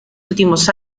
últimos